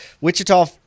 Wichita